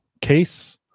case